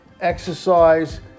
exercise